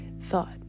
thought